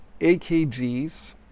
AKGs